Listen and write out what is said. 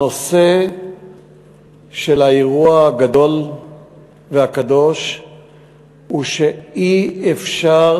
הנושא של האירוע הגדול והקדוש הוא שאי-אפשר